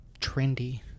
trendy